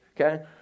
okay